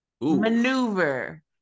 Maneuver